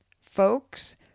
folks